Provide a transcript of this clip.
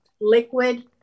liquid